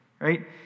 right